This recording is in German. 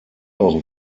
auch